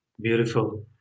Beautiful